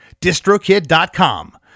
distrokid.com